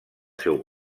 seu